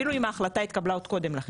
אפילו אם ההחלטה התקבלה עוד קודם לכן,